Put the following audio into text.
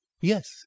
Yes